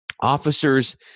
officers